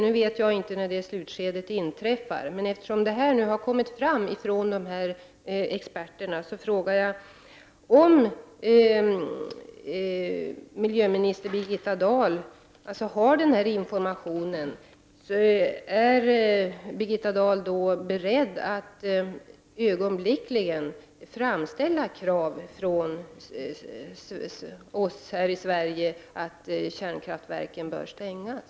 Jag vet inte när detta slutskede inträffar, men efter de uppgifter som vi har fått från experter vill jag fråga om miljöminister Birgitta Dahl, när hon har den här informationen, är beredd att ögonblickligen framställa krav från svensk sida på att kärnkraftverket skall stängas.